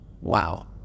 Wow